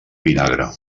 vinagre